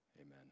Amen